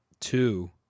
Two